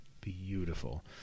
beautiful